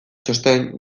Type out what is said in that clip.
txosten